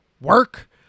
work